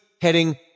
heading